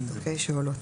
להקראה.